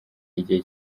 igihe